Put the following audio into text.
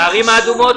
בערים האדומות